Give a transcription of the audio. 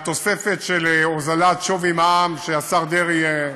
התוספת של הוזלת שווי מע"מ של השר דרעי,